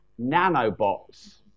nanobots